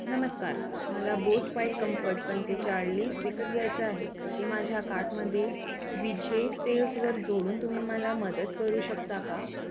नमस्कार मला Bose QuietComfort पंचेचाळीस विकत घ्यायचं आहे ते माझ्या कार्टमध्ये विजय सेल्सवर जोडून तुम्ही मला मदत करू शकता का